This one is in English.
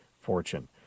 fortune